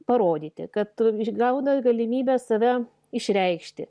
parodyti kad tu gauna galimybę save išreikšti